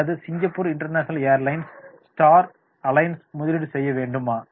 அல்லது Singapore International Airlines Star அலியன்ஸில் முதலீடு செய்ய வேண்டுமா